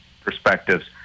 perspectives